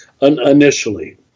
initially